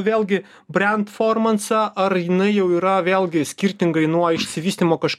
vėlgi brentformansą ar jinai jau yra vėlgi skirtingai nuo išsivystymo kaž